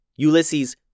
Ulysses